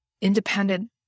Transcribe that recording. independent